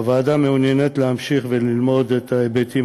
הוועדה מעוניינת להמשיך ללמוד את ההיבטים